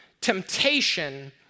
temptation